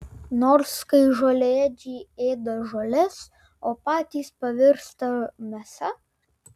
nors kai žolėdžiai ėda žoles o patys pavirsta mėsa